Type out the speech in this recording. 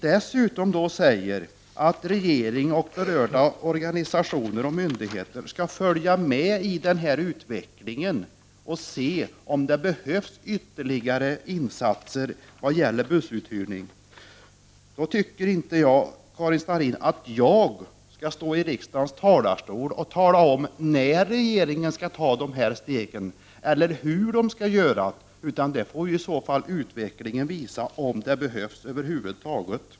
Dessutom säger utskottet att regeringen och berörda organisationer och myndigheter skall följa utvecklingen och se om det behövs ytterligare insatser vad gäller bussuthyrning. Då tycker inte jag, Karin Starrin, att jag skall stå i riksdagens talarstol och : tala om när regeringen skall ta de här stegen eller hur myndigheterna skall göra, utan utvecklingen får visa om det behöver vidtas några åtgärder över huvud taget.